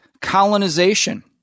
colonization